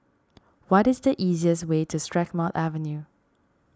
what is the easiest way to Strathmore Avenue